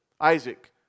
Isaac